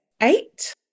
eight